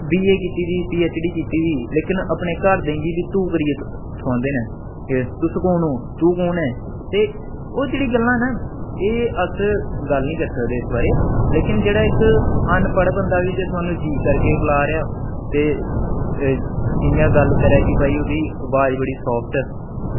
बी A कीती दी P H D कीती दी लेकिन अपने घर दे गी बी तूं करियै खुआंदे न तुस कु'न ओ तूं कु'न ऐ ते ओह् जेह्ड़ी गल्लां न एह् अस गल्ल निं करी सकदे इस बारै लेकिन जेह्ड़ा इक अनपढ़ बंदा बी जे थुआनूं जी करके बुला रेहा ते इयां गल्ल करै कि भई ओह्दी अवाज़ बड़ी सॉफ्ट ऐ